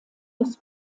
des